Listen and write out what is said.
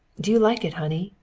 do you like it, honey?